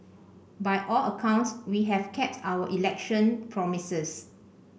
by all accounts we have kept our election promises